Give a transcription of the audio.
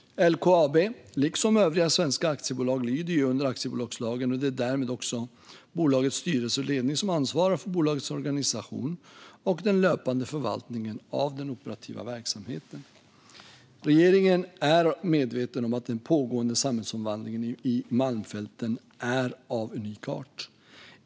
LKAB lyder liksom övriga svenska aktiebolag under aktiebolagslagen, och det är därmed bolagets styrelse och ledning som ansvarar för bolagets organisation och den löpande förvaltningen av den operativa verksamheten. Regeringen är medveten om att den pågående samhällsomvandlingen i Malmfälten är av unik art.